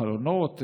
חלונות,